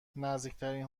نزدیکترین